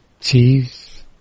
cheese